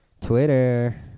Twitter